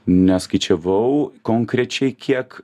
neskaičiavau konkrečiai kiek